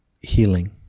healing